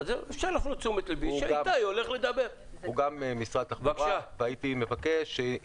הוא גם ממשרד התחבורה והייתי מבקש אם